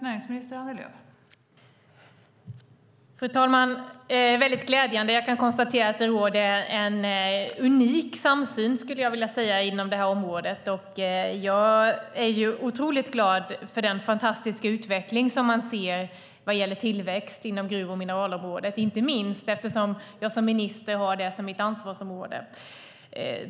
Fru talman! Detta är väldigt glädjande. Jag kan konstatera att det råder en unik samsyn, skulle jag vilja säga, inom det här området. Jag är otroligt glad för den fantastiska utveckling som man ser vad gäller tillväxt inom gruv och mineralområdet, inte minst eftersom jag som minister har det som mitt ansvarsområde.